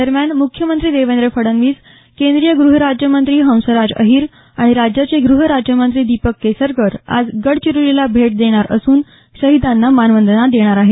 दरम्यान मुख्यमंत्री देवेंद्र फडणवीस केंद्रीय गुहराज्यमंत्री हंसराज अहिर आणि राज्याचे ग्रहराज्यमंत्री दिपक केसरकर आज गडचीरोलीला भेट देणार असून शहिदांना मानवंदना देणार आहेत